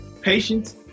Patience